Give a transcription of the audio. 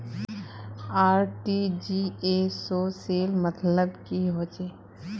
RTGS सेल मतलब की होचए?